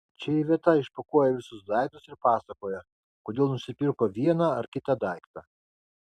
čia iveta išpakuoja visus daiktus ir pasakoja kodėl nusipirko vieną ar kitą daiktą